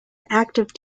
active